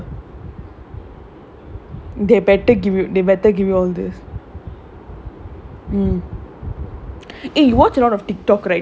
eh you are pay eight thousand per month eh sorry you're being eight thousand per year they better give you the better give you all this